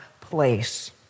place